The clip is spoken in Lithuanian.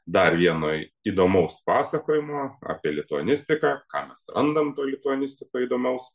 dar vienai įdomaus pasakojimo apie lituanistiką ką mes randam toj lituanistikoj įdomaus